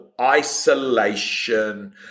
isolation